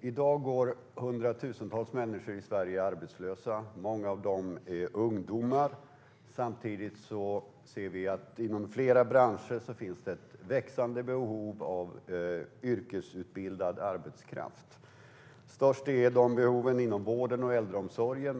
I dag går hundratusentals människor i Sverige arbetslösa, och många av dem är ungdomar. Samtidigt finns det inom flera branscher ett växande behov av yrkesutbildad arbetskraft. Störst är behovet inom vården och äldreomsorgen.